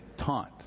taunt